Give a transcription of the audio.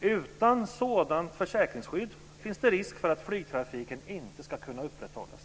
Utan sådant försäkringsskydd finns det risk för att flygtrafiken inte kan upprätthållas.